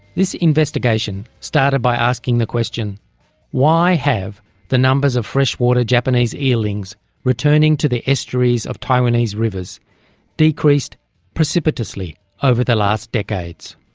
this investigation started by asking the question why have the numbers of freshwater japanese eelings returning to the estuaries of taiwanese rivers decreased precipitously over the last decades?